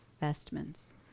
vestments